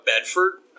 Bedford